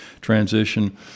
transition